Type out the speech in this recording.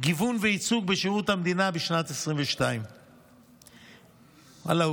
גיוון וייצוג בשירות המדינה לשנת 2022. ואללה,